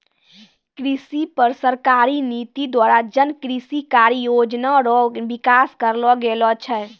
कृषि पर सरकारी नीति द्वारा जन कृषि कारी योजना रो विकास करलो गेलो छै